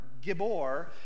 gibor